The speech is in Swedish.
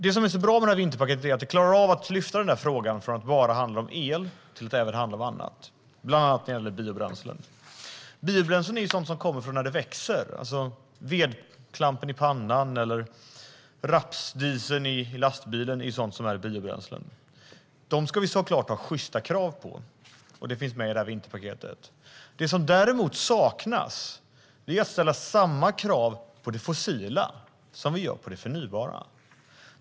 Det som är så bra med vinterpaketet är att det klarar av att lyfta upp frågan från att bara handla om el till att även handla om annat, bland annat biobränslen. Biobränslen kommer från sådant som växer, till exempel vedklampen i pannan eller rapsdieseln i lastbilen. Där ska det såklart finnas sjysta krav. Det finns med i vinterpaketet. Det som däremot saknas är att ställa samma krav på det fossila som på det förnybara.